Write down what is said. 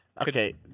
Okay